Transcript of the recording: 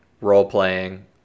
role-playing